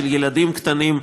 של ילדים קטנים.